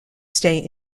stay